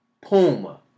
Puma